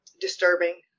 disturbing